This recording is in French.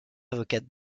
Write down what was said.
avocate